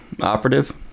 operative